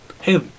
hey